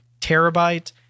terabyte